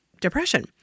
depression